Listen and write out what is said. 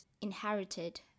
inherited